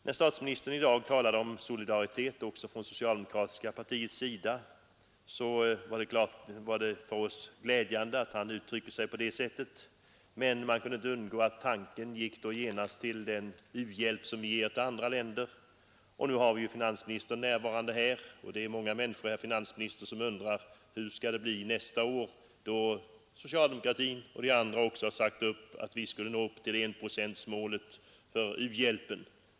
När statsministern i dag talade om solidaritet också från det Nr 14 socialdemokratiska partiets sida var det för oss glädjande att han Onsdagen den uttryckte sig så som han gjorde. Men det kunde inte undgås att tanken 31 januari 1973 genast gick till den u-hjälp som vi ger till andra länder. Nu har vi finansministern närvarande, och det är många människor, herr finansminister, som undrar: Hur skall det bli nästa år, då socialdemokratin och vi andra har sagt att enprocentsmålet för u-hjälpen skall uppnås?